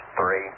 three